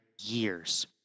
years